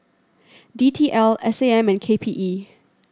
D T L S A M and K P E